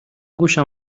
گوشم